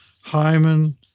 Hyman